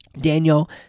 Daniel